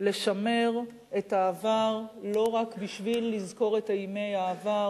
לשמר את העבר לא רק בשביל לזכור את אימי העבר